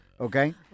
Okay